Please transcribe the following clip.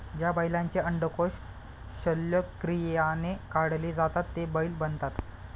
ज्या बैलांचे अंडकोष शल्यक्रियाने काढले जातात ते बैल बनतात